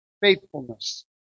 faithfulness